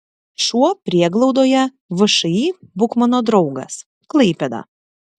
šuo prieglaudoje všį būk mano draugas klaipėda